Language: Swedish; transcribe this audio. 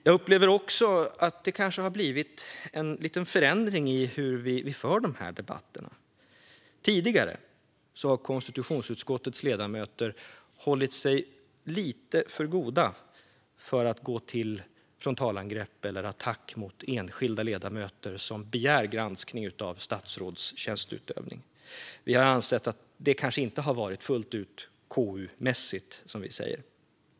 Jag upplever också att det kanske har blivit en liten förändring i hur vi för dessa debatter. Tidigare har konstitutionsutskottets ledamöter hållit sig lite för goda för att gå till frontalangrepp eller attack mot enskilda ledamöter som begär granskning av statsråds tjänsteutövning. Vi har ansett att detta kanske inte är fullt ut KU-mässigt, som vi säger.